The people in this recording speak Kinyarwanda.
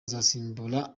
azasimbura